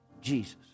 Jesus